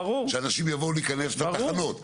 שאנשים יבואו לתחנות ולכן,